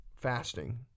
fasting